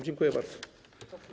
Dziękuję bardzo.